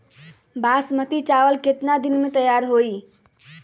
बासमती चावल केतना दिन में तयार होई?